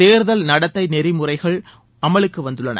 தேர்தல் நடத்தை நெறிமுறைகள் அமலுக்கு வந்துள்ளன